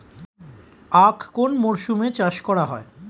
আখ কোন মরশুমে চাষ করা হয়?